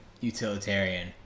Utilitarian